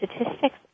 statistics